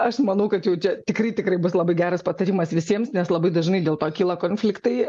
aš manau kad jau čia tikrai tikrai bus labai geras patarimas visiems nes labai dažnai dėl to kyla konfliktai